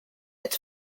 its